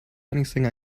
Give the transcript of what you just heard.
anything